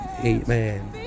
Amen